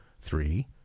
three